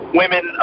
women